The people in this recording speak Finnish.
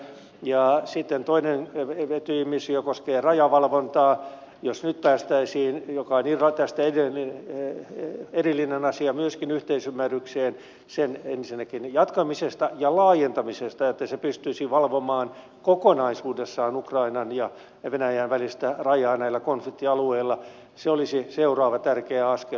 ja sitten toinen etyjin missio koskee rajavalvontaa se on tästä erillinen asia ja jos nyt päästäisiin myöskin yhteisymmärrykseen sen ensinnäkin jatkamisesta ja laajentamisesta että se pystyisi valvomaan kokonaisuudessaan ukrainan ja venäjän välistä rajaa näillä konfliktialueilla se olisi seuraava tärkeä askel